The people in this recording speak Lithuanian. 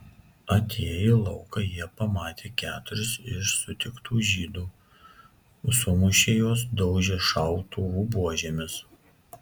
atėję į lauką jie pamatė keturis iš sutiktų žydų sumušė juos daužė šautuvų buožėmis